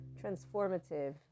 transformative